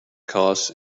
costs